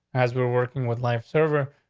as we were working with life server,